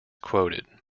quoted